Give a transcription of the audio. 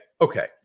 okay